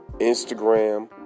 Instagram